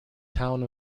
town